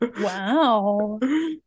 Wow